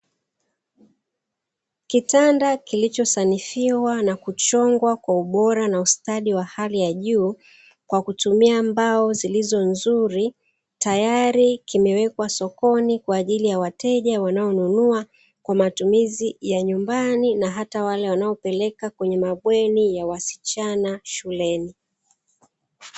Kitanda kilichosanifiwa na kuchongwa kwa ubora na ustadi wa hali ya juu kwa kutumia mbao zilizo nzuri tayari kimewekwa sokoni kwa ajili ya wateja wanaonunua kwa matumizi ya nyumbani na hata wale wanaopeleka kwenye mabweni ya wasichana shuleni.